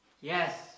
Yes